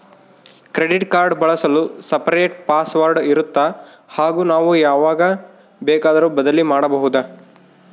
Credit card ಬಳಸಲು separate password ಇರುತ್ತಾ ಹಾಗೂ ನಾವು ಯಾವಾಗ ಬೇಕಾದರೂ ಬದಲಿ ಮಾಡಬಹುದಾ?